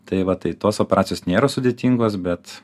tai va tai tos operacijos nėra sudėtingos bet